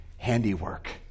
handiwork